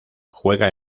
juega